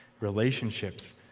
relationships